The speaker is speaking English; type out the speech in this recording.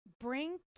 Bring